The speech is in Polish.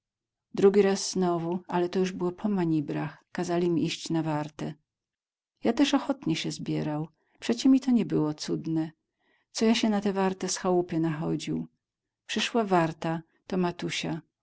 drugi raz znowu ale to już było po manibrach kazali mi iść na wartę ja też ochotnie sie zbierał przecie mi to nie było cudne co ja sie na tę wartę z chałupy nachodził przyszła warta to matusia